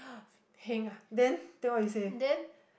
heng ah then